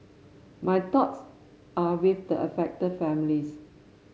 my thoughts are with the affected families